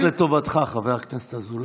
זה רק לטובתך, חבר הכנסת אזולאי.